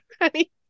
honey